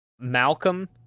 Malcolm